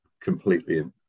completely